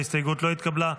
ההסתייגות לא התקבלה.